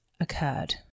occurred